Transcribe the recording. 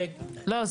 לא,